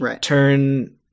turn